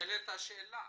נשאלת השאלה